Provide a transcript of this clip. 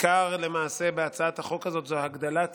שהעיקר בהצעת החוק זה הגדלת